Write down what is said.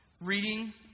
reading